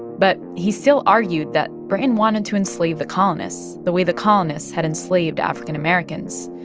but he still argued that britain wanted to enslave the colonists the way the colonists had enslaved african-americans.